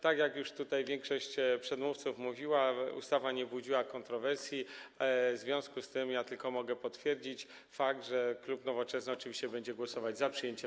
Tak jak już większość moich przedmówców mówiła, ustawa nie budziła kontrowersji, w związku z tym ja tylko mogę potwierdzić fakt, że klub Nowoczesna oczywiście będzie głosować za jej przyjęciem.